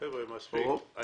חבר'ה, מספיק.